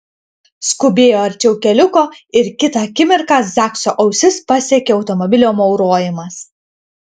skubėjo arčiau keliuko ir kitą akimirką zakso ausis pasiekė automobilio maurojimas